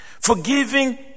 forgiving